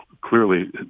clearly